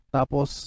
Tapos